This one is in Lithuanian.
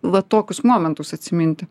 va tokius momentus atsiminti